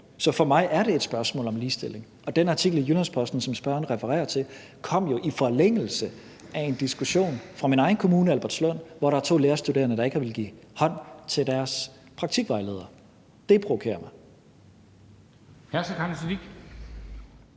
Så for mig er det et spørgsmål om ligestilling, og den artikel i Jyllands-Posten, som spørgeren refererer til, kom jo i forlængelse af en diskussion i min egen kommune, Albertslund, hvor der var to lærerstuderende, der ikke ville give hånd til deres praktikvejledere. Det provokerer mig.